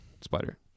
spider